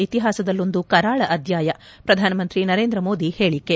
ಇತಿಹಾಸದಲ್ಲೊಂದು ಕರಾಳ ಅಧ್ಯಾಯ ಪ್ರಧಾನಮಂತ್ರಿ ನರೇಂದ್ರ ಮೋದಿ ಹೇಳಿಕೆ